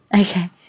Okay